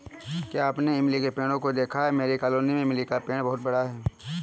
क्या आपने इमली के पेड़ों को देखा है मेरी कॉलोनी में इमली का बहुत बड़ा पेड़ है